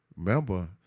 Remember